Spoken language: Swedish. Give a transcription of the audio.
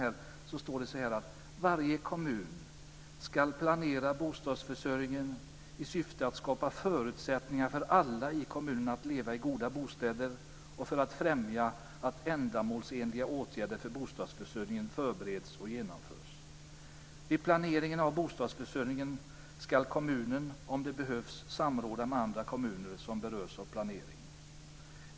Det står att varje kommun ska planera bostadsförsörjningen i syfte att skapa förutsättningar för alla i kommunen att leva i goda bostäder och för att främja att ändamålsenliga åtgärder för bostadsförsörjningen förbereds och genomförs. Vid planeringen av bostadsförsörjningen ska kommunen, om det behövs, samråda med andra kommuner som berörs av planeringen.